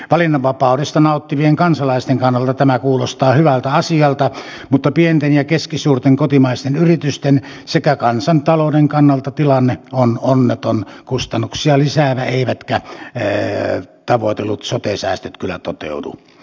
valinnanvapaudesta nauttivien kansalaisten kannalta tämä kuulostaa hyvältä asialta mutta pienten ja keskisuurten kotimaisten yritysten sekä kansantalouden kannalta tilanne on onneton kustannuksia lisäävä eivätkä tavoitellut sote säästöt kyllä toteudu